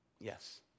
Yes